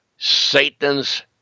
Satan's